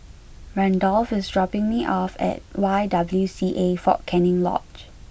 Randolph is dropping me off at Y W C A Fort Canning Lodge